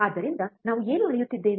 ಆದ್ದರಿಂದ ನಾವು ಏನು ಅಳೆಯುತ್ತಿದ್ದೇವೆ